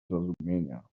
zrozumienia